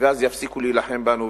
ואז יפסיקו להילחם בנו,